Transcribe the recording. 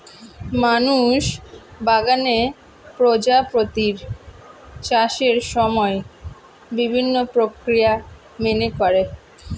মানুষ বাগানে প্রজাপতির চাষের সময় বিভিন্ন প্রক্রিয়া মেনে করে